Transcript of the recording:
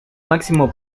máximo